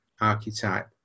archetype